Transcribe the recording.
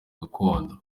gakondo